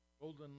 Golden